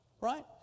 Right